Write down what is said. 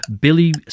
Billy